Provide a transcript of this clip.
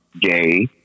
gay